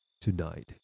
tonight